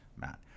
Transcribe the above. Matt